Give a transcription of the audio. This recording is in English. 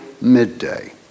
midday